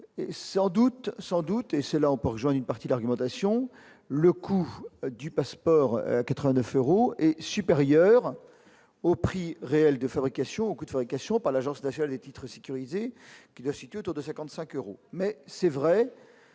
sans doute, et cela en pour jouer une partie d'argumentation, le coût du passeport à 89 euros est supérieur au prix réel de fabrication ou de fabrication par l'agence d'achat les titres sécurisés qui y a situé autour de 55 euros, mais c'est vrai